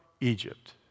Egypt